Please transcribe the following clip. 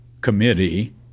Committee